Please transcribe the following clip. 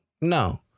No